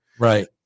Right